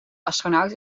astronaut